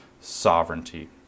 sovereignty